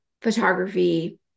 photography